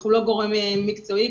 אנחנו לא גורם מקצועי,